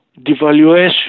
devaluation